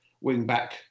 wing-back